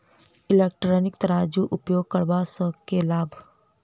Electronic तराजू उपयोग करबा सऽ केँ लाभ?